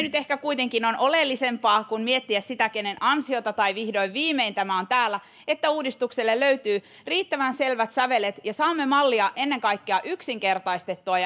nyt ehkä kuitenkin oleellisempaa kuin miettiä sitä kenen ansiota tai että vihdoin viimein tämä on täällä on se että uudistukselle löytyy riittävän selvät sävelet ja saamme mallia ennen kaikkea yksinkertaistettua